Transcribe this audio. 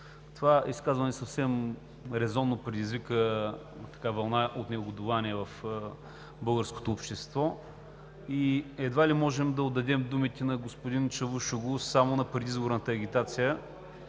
Това изказване съвсем резонно предизвика вълна от негодувание в българското общество и едва ли можем да отдадем думите на господин Чавушоглу само на предизборната агитация,